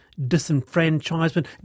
disenfranchisement